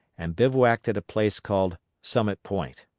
and bivouacked at place called summit point.